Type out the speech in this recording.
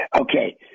Okay